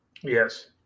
Yes